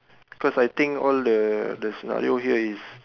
cause I think all the the scenario here is